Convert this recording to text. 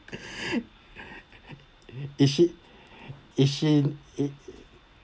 is she is she